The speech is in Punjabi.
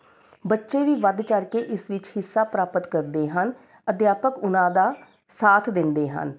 ਬੱਚੋ ਵੀ ਵਧ ਚੜ੍ਹ ਕੇ ਇਸ ਵਿੱਚ ਹਿੱਸਾ ਪ੍ਰਾਪਤ ਕਰਦੇ ਹਨ ਅਧਿਆਪਕ ਉਨ੍ਹਾਂ ਦਾ ਸਾਥ ਦਿੰਦੇ ਹਨ